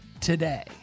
today